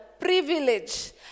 Privilege